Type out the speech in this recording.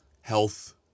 Health